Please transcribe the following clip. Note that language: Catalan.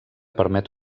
permet